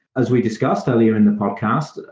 as we discussed earlier in the podcast,